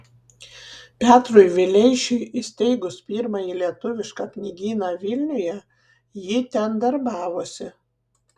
petrui vileišiui įsteigus pirmąjį lietuvišką knygyną vilniuje ji ten darbavosi